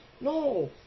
No